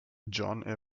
john